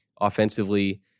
Offensively